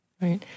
Right